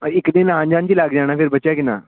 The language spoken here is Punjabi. ਹਾਂ ਇੱਕ ਦਿਨ ਆਉਣ ਜਾਣ 'ਚ ਲੱਗ ਜਾਣਾ ਫਿਰ ਬਚਿਆ ਕਿੰਨਾ